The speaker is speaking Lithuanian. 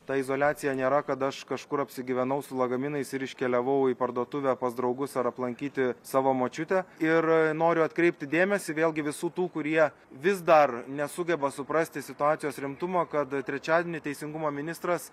ta izoliacija nėra kad aš kažkur apsigyvenau su lagaminais ir iškeliavau į parduotuvę pas draugus ar aplankyti savo močiutę ir noriu atkreipti dėmesį vėlgi visų tų kurie vis dar nesugeba suprasti situacijos rimtumo kad trečiadienį teisingumo ministras